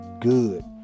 good